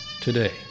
today